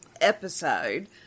episode